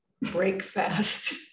breakfast